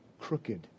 crooked